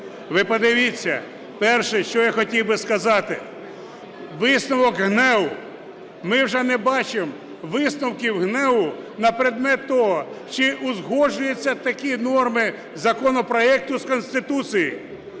Ви подивіться, перше, що я хотів би сказати. Висновок ГНЕУ. Ми вже не бачимо висновків ГНЕУ на предмет того, чи узгоджуються такі норми законопроекту з Конституцією.